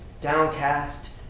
downcast